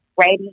ready